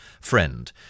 friend